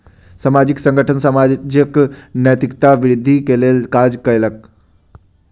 सामाजिक संगठन समाजक नैतिकता वृद्धि के लेल काज कयलक